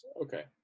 Okay